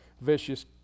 vicious